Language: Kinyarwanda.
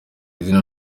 izina